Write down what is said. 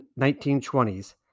1920s